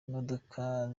imodoka